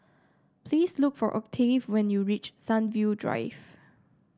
please look for Octave when you reach Sunview Drive